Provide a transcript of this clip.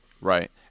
Right